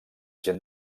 gent